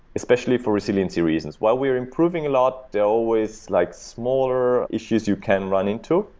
especially for resiliency reasons. while we're improving a lot, there are always like smaller issues you can run into.